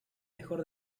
mejor